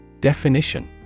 Definition